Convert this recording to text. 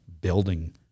building